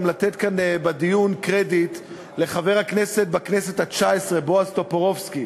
גם לתת כאן בדיון קרדיט לחבר הכנסת התשע-עשרה בועז טופורובסקי